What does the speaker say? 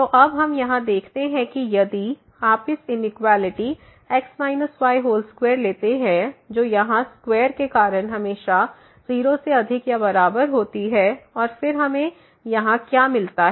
तो अब हम यहाँ देखते हैं कि यदि आप इस इनिक्वालिटी x y2 लेते हैं जो यहाँ स्क्वेयर के कारण हमेशा 0 से अधिक या बराबर होती है और फिर हमें यहाँ क्या मिलता है